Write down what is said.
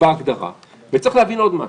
בהגדרה צריך להבין עוד משהו.